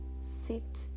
Sit